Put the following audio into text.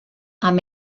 amb